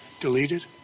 deleted